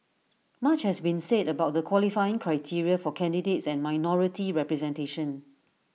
much has been said about the qualifying criteria for candidates and minority representation